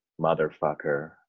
motherfucker